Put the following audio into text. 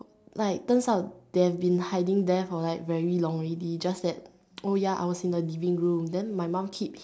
like turns out they have been hiding there for like very long already just that oh ya I was in the living room then my mum keep